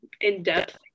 in-depth